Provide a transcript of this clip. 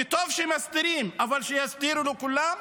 וטוב שמסדירים, אבל שיסדירו לכולם,